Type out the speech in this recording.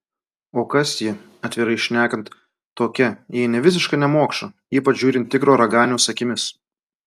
o kas ji atvirai šnekant tokia jei ne visiška nemokša ypač žiūrint tikro raganiaus akimis